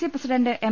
C president M